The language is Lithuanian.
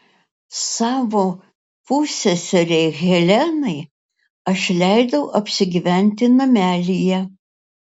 savo pusseserei helenai aš leidau apsigyventi namelyje